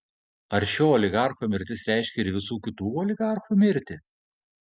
ar šio oligarcho mirtis reiškia ir visų kitų oligarchų mirtį